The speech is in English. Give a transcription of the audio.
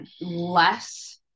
less